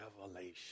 revelation